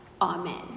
Amen